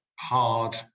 hard